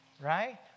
right